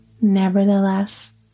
Nevertheless